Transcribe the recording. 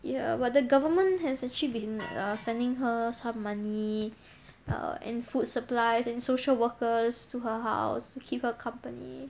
ya but the government has actually been sending uh her some money uh and food supplies and social workers to her house to keep her accompanied